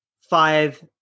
five